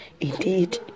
Indeed